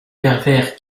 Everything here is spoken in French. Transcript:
pervers